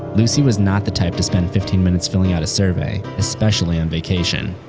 lucy was not the type to spend fifteen minutes filling out a survey, especially on vacation.